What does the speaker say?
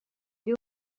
they